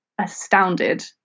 astounded